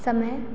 समय